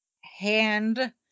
hand